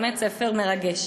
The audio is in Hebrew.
באמת ספר מרגש.